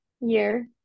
year